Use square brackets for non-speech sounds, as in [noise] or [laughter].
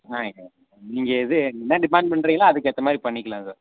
ஆ [unintelligible] நீங்கள் எது என்ன டிமாண்ட் பண்ணுறிங்களோ அதுக்கு ஏற்ற மாதிரி பண்ணிக்கலாம் சார்